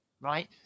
right